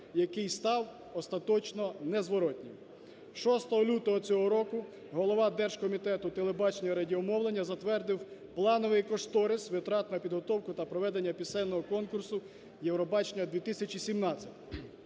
який став остаточно незворотнім. 6 лютого цього року голова Держкомітету телебачення і радіомовлення затвердив плановий кошторис витрат на підготовку та проведення пісенного конкурсу Євробачення-2017.